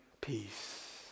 Peace